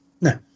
No